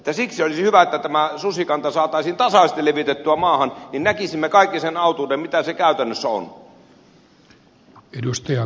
siksi olisi hyvä että tämä susikanta saataisiin tasaisesti levitettyä maahan silloin näkisimme kaikki sen autuuden mitä se käytännössä on